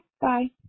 Bye